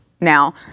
now